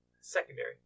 Secondary